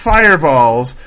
Fireballs